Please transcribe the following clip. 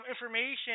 information